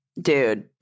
Dude